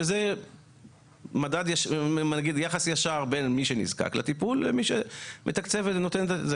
שזה יחס ישר בין מי שנזקק לטיפול למי שמתקצב את זה.